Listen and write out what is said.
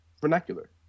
vernacular